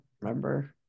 remember